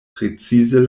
precize